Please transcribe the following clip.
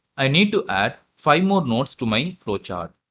i need to add five more nodes to my flow chart.